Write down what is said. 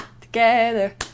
Together